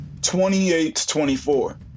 28-24